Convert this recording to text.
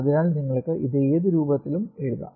അതിനാൽ നിങ്ങൾക്ക് ഇത് ഏത് രൂപത്തിലും എഴുതാം